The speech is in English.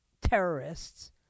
terrorists